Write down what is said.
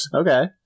Okay